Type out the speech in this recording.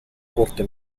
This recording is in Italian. corte